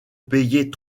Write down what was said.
payer